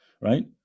Right